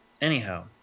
Anyhow